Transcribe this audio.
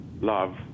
love